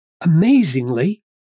amazingly